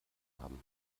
haben